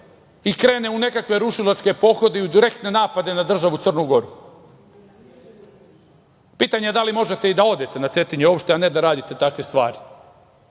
i krene u nekakve rušilačke pohode i u direktne napade na državu Crnu Goru. Pitanje je da li možete i da odete na Cetinje uopšte, a ne da radite takve stvari.